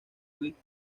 with